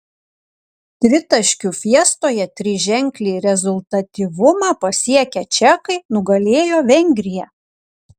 tritaškių fiestoje triženklį rezultatyvumą pasiekę čekai nugalėjo vengriją